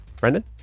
Brendan